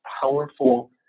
powerful